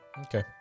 Okay